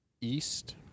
East